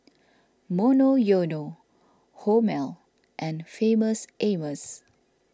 Monoyono Hormel and Famous Amos